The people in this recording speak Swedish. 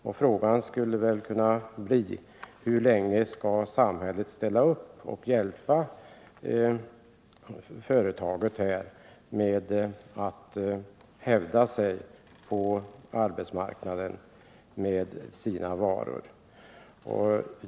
Man skulle kunna ställa frågan hur länge samhället skall ställa upp och hjälpa företaget med att hävda sig på marknaden med sina varor.